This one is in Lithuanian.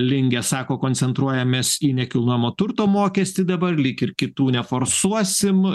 lingė sako koncentruojamės į nekilnojamo turto mokestį dabar lyg ir kitų neforsuosim